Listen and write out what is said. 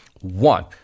One